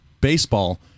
baseball